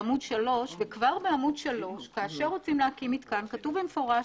מתקן, כתוב במפורש: